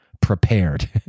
prepared